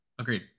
Agreed